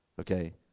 Okay